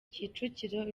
kicukiro